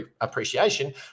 appreciation